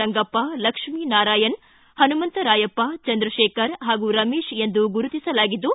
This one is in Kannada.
ರಂಗಪ್ಪ ಲಕ್ಷ್ಮೀ ನಾರಾಯಣ ಹನುಮಂತರಾಯಪ್ಪ ಚಂದ್ರಶೇಖರ್ ಹಾಗೂ ರಮೇಶ ಎಂದು ಗುರುತಿಸಲಾಗಿದ್ದು